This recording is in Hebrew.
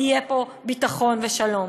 יהיה פה ביטחון ושלום.